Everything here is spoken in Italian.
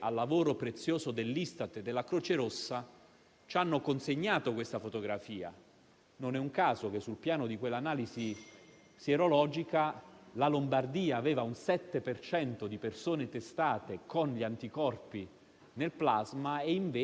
Le Regioni potranno prevedere misure più restrittive - alcune lo stanno già facendo - ma è particolarmente decisivo in questo momento avere un livello molto significativo di coordinamento tra pezzi delle istituzioni repubblicane.